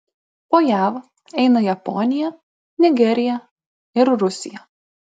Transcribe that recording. po jav eina japonija nigerija ir rusija